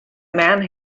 man